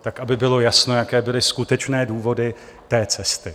Tak aby bylo jasno, jaké byly skutečné důvody té cesty.